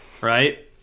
right